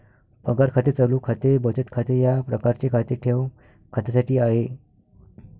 पगार खाते चालू खाते बचत खाते या प्रकारचे खाते ठेव खात्यासाठी आहे